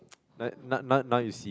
like now now now you see